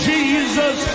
Jesus